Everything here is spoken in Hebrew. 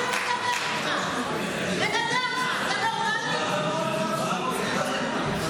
28 מתנגדים, אין